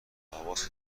هواس